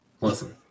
Listen